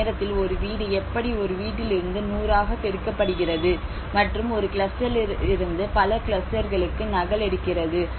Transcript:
ஒரு நேரத்தில் ஒரு வீடு எப்படி ஒரு வீட்டிலிருந்து 100 ஆக பெருக்கப்படுகிறது மற்றும் ஒரு கிளஸ்டரிலிருந்து பல கிளஸ்டர்களுக்கு நகலெடுக்கிறது